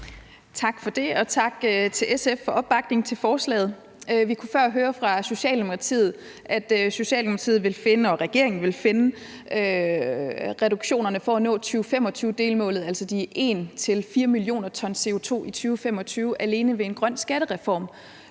Tak for det. Og tak til SF for opbakningen til forslaget. Vi kunne før høre fra Socialdemokratiet, at Socialdemokratiet og regeringen vil finde reduktionerne for at nå 2025-delmålet, altså de 1-4 mio. t CO2 i 2025, alene ved en grøn skattereform.